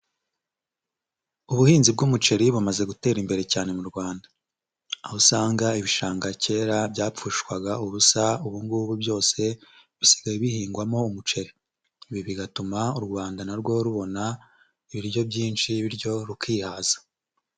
Ubuhinzi bw'umuceri bumaze gutera imbere cyane mu Rwanda, aho usanga ibishanga kera byapfushwaga ubusa ubu ngubu byose bisigaye bihingwamo umuceri, ibi bigatuma u Rwanda na rwo rubona ibiryo byinshi bityo rukihaza.